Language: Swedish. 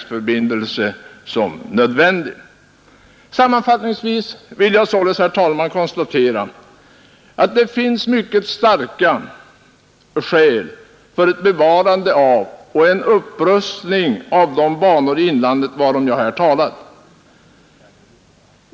ostkustbanan samt Sammanfattningsvis vill jag således, herr talman, konstatera att det åtgärder för att förfinns mycket starka skäl för att bevara och upprusta de banor i inlandet korta restiden på varom jag här talat.